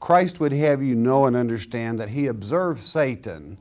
christ would have you know and understand that he observes satan